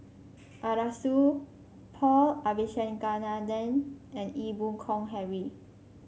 Arasu Paul Abisheganaden and Ee Boon Kong Henry